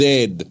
Dead